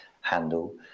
handle